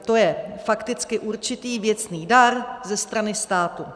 To je fakticky určitý věcný dar ze strany státu.